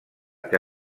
que